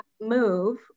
move